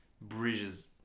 Bridges